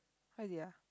what is it ah